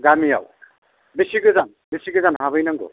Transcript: गामियाव बेसे गोजान बेसे गोजान हाबहैनांगौ